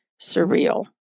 Surreal